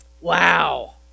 Wow